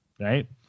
right